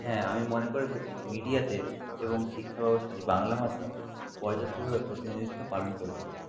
হ্যাঁ আমি মনে করে থাকি মিডিয়াতে এবং শিক্ষা ব্যবস্থায় বাংলা ভাষা পর্যাপ্তভাবে প্রতিনিধিত্ব পালন করে থাকে